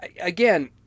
Again